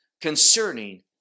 concerning